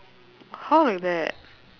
how like that